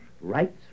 right's